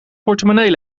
portemonnee